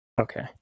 Okay